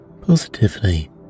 positively